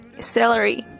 celery